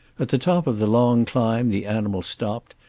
at the top of the long climb the animal stopped,